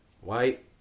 White